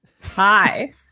Hi